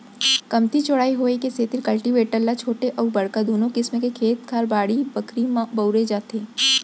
कमती चौड़ाई होय के सेतिर कल्टीवेटर ल छोटे अउ बड़का दुनों किसम के खेत खार, बाड़ी बखरी म बउरे जाथे